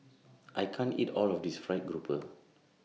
I can't eat All of This Fried Grouper